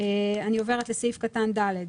אני עוברת לסעיף קטן (ד).